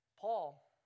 Paul